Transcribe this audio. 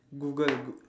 google goo~